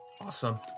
Awesome